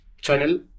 channel